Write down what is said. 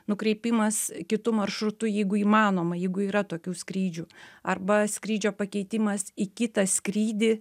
nukreipimas kitu maršrutu jeigu įmanoma jeigu yra tokių skrydžių arba skrydžio pakeitimas į kitą skrydį